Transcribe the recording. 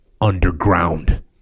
underground